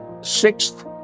sixth